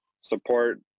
support